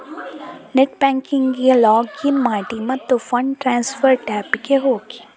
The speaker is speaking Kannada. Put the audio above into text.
ನೆಟ್ ಬ್ಯಾಂಕಿಂಗಿಗೆ ಲಾಗಿನ್ ಮಾಡಿ ಮತ್ತು ಫಂಡ್ ಟ್ರಾನ್ಸ್ಫರ್ ಟ್ಯಾಬಿಗೆ ಹೋಗಿ